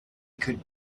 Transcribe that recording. could